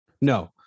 No